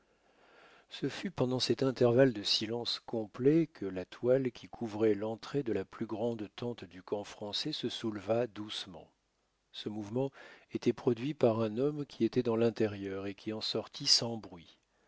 ce fut pendant cet intervalle de silence complet que la toile qui couvrait l'entrée de la plus grande tente du camp français se souleva doucement ce mouvement était produit par un homme qui était dans l'intérieur et qui en sortit sans bruit